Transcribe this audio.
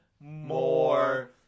more